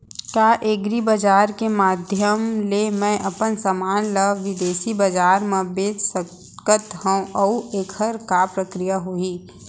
का एग्रीबजार के माधयम ले मैं अपन समान ला बिदेसी बजार मा बेच सकत हव अऊ एखर का प्रक्रिया होही?